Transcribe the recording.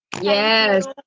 yes